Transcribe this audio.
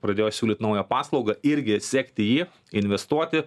pradėjo siūlyt naują paslaugą irgi sekti jį investuoti